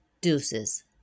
Deuces